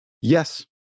Yes